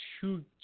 two